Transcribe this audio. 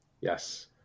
yes